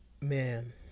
man